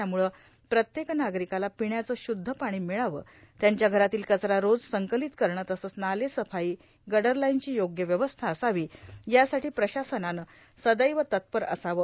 त्यामुळं प्रत्येक नार्गारकाला पपण्याचं शुद्ध पाणी मिळावं त्यांच्या घरातील कचरा रोज संकलांत करणे तसंच नाले सफाई गडर लाईनची योग्य व्यवस्था असावी यासाठी प्रशासनाने सदैव तत्पर असावं